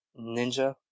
Ninja